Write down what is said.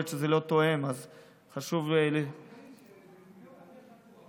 יכול להיות שזה לא תואם.